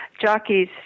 jockeys